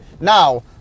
Now